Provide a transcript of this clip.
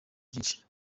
byinshi